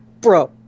Bro